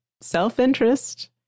self-interest